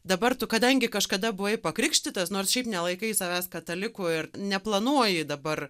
dabar tu kadangi kažkada buvai pakrikštytas nors šiaip nelaikai savęs kataliku ir neplanuoji dabar